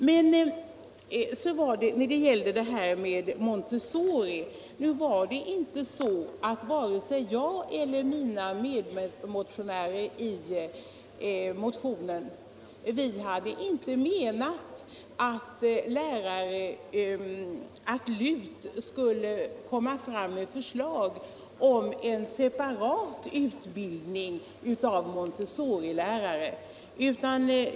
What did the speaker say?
Men när det gäller montessorilärarna hade varken jag eller mina medmotionärer menat att LUT skulle lägga fram förslag till en separat utbildning av sådana lärare.